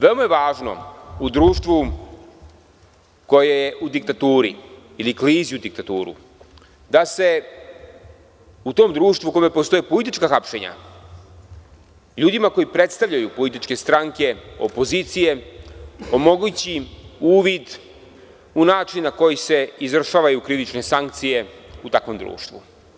Veoma je važno u društvu, koje je u diktaturi ili klizi u diktaturu, da se u tom društvu, u kome postoje politička hapšenja, ljudima koji predstavljaju političke stranke opozicije, omogući uvid u način na koji se izvršavaju krivične sankcije u takvom društvu.